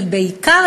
ובעיקר,